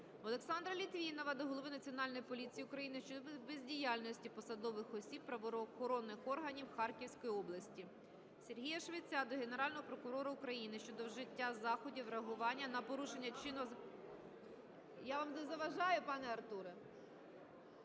Олександра Літвінова до голови Національної поліції України щодо бездіяльності посадових осіб правоохоронних органів Харківської області. Сергія Швеця до Генерального прокурора України щодо вжиття заходів реагування на порушення чинного законодавства... Я вам не заважаю, пане Артуре?